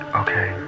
okay